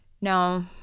No